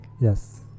Yes